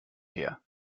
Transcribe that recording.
her